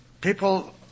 people